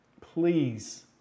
Please